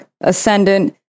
Ascendant